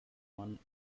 one